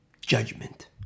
Judgment